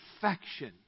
Perfection